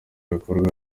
bikorwa